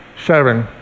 seven